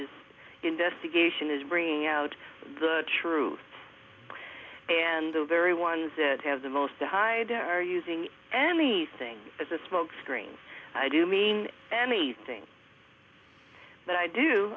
this investigation is bringing out the truth and the very ones that have the most to hide are using anything as a smokescreen i do mean anything but i do